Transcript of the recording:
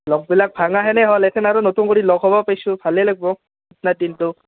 লগবিলাক হ'ল আৰু নতুন কৰি লগ হ'ব পাইছোঁ ভালেই লাগব দিনটো